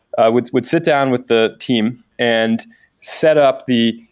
ah would would sit down with the team and set up the,